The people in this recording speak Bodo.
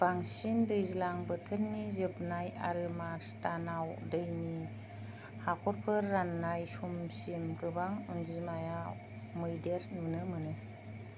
बांंसिन दैज्लां बोथोरनि जोबनाय आरो मार्च दानाव दैनि हाखरफोर रान्नाय समसिम गोबां अनजिमायाव मैदेर नुनो मोनो